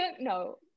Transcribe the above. no